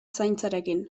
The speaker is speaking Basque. zaintzarekin